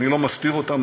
אני לא מסתיר אותן,